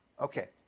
Okay